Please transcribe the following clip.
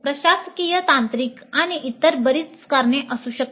प्रशासकीय तांत्रिक आणि इतर बरीच कारणे असू शकतात